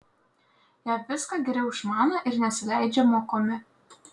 jie viską geriau išmaną ir nesileidžią mokomi